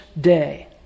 day